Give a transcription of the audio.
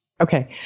Okay